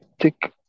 take